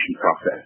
process